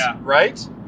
Right